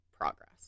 progress